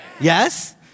Yes